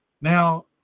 now